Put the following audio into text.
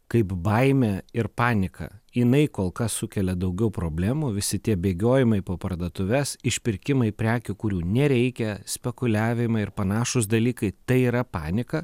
kaip baimė ir panika jinai kol kas sukelia daugiau problemų visi tie bėgiojimai po parduotuves išpirkimai prekių kurių nereikia spekuliavimai ir panašūs dalykai tai yra panika